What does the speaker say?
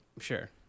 sure